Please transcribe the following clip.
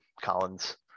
Collins